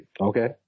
Okay